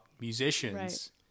musicians